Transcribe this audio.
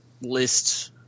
list